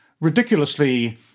ridiculously